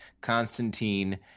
Constantine